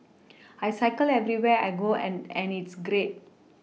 I cycle everywhere I go and and it's great